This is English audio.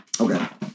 Okay